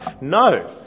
No